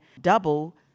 double